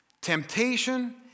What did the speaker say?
Temptation